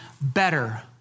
better